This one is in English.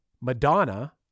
Madonna